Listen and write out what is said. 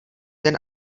ten